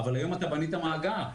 היום בנית מאגר.